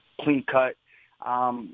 clean-cut